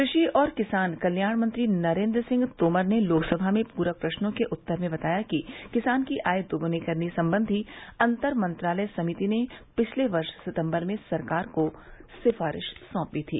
कृषि और किसान कल्याण मंत्री नरेन्द्र सिंह तोमर ने लोकसभा में पूरक प्रश्नों के उत्तर में बताया कि किसान की आय दुगुनी करने संबंधी अंतर मंत्रालय समिति ने पिछले वर्ष सितम्बर में सरकार को सिफारिश सौंपी थी